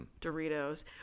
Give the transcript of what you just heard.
Doritos